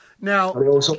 Now